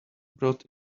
brought